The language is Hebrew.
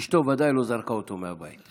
אשתו ודאי לא זרקה אותו מהבית.